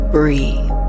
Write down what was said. Breathe